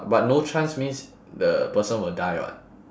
but no chance means the person will die [what]